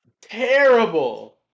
terrible